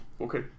Okay